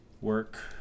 Work